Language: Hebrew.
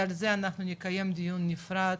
כי על זה אנחנו נקיים דיון נפרד.